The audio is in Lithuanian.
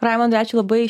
raimundai ačiū labai